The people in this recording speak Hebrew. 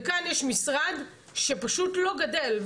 וכאן יש משרד שפשוט לא גדל.